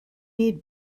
need